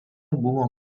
buvo